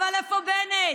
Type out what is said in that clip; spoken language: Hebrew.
אבל איפה בנט,